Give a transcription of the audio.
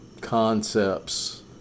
concepts